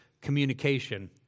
communication